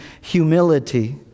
humility